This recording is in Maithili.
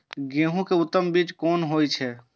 गेंहू के उत्तम बीज कोन होय छे?